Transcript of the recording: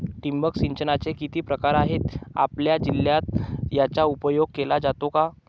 ठिबक सिंचनाचे किती प्रकार आहेत? आपल्या जिल्ह्यात याचा उपयोग केला जातो का?